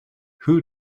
who